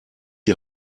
die